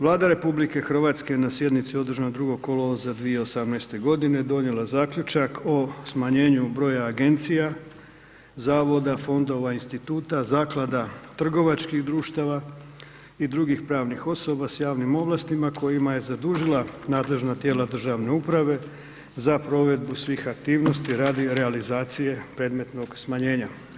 Vlada RH na sjednici održanoj 2. kolovoza 2018. g. donijela zaključak o smanjenju broja agencija, zavoda, fondova, instituta, zaklada, trgovačkih društava i drugih pravnih osoba s javnim ovlastima kojima je zadužila nadležna tijela državne uprave za provedbu svih aktivnosti radi realizacije predmetnog smanjenja.